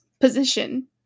position